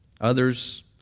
Others